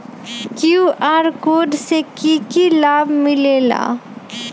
QR code से कि कि लाव मिलेला?